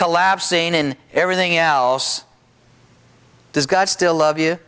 collapsing in everything else does god still love you